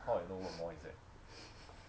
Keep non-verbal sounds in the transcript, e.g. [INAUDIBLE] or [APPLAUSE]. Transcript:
[LAUGHS]